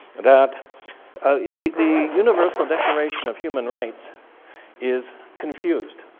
that the the universal declaration of human rights is confused.